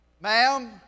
ma'am